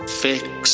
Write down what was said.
fix